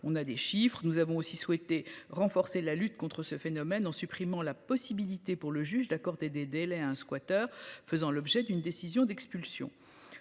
on a des chiffres. Nous avons aussi souhaité renforcer la lutte contre ce phénomène en supprimant la possibilité pour le juge d'accorder des délais un squatteur faisant l'objet d'une décision d'expulsion.